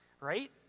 right